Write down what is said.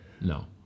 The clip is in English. no